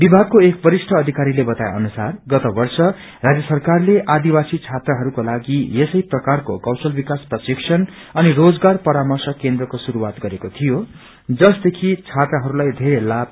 विभागको एक वरिष्ठ अधिकारीले क्ताए अनुसार गत वर्ष राज्य सरकारले आदिवासी छात्रहरूकोलागि यसै प्रकारको क्वैशल विकास प्रशिक्षण अनि रोजगार परार्मश केन्द्रको शुरूआत गरेको थियो जसको धेरै लाभ भएको थियो